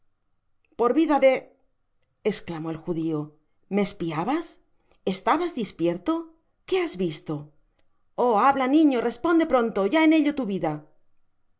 por vida de esclamó el judio me espiabas estabas dispierto que has visto oh habla niño responde pronto va en ello tu vida